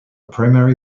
primary